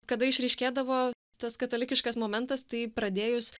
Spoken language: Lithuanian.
kada išryškėdavo tas katalikiškas momentas tai pradėjus